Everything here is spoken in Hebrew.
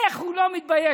איך הוא לא מתבייש?